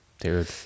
dude